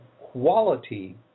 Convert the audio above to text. quality